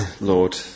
Lord